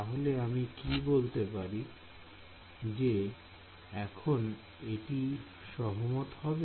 তাহলে আমি কি বলতে পারি যে এখন এটি সহমত হবে